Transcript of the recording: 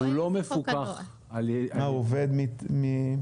הוא לא מפוקח על-ידי המפקח על הבנקים.